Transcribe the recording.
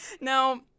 Now